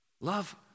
love